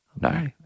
No